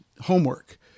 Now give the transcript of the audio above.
homework